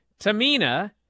tamina